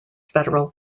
federal